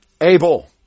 Abel